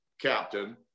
captain